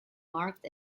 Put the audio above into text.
marked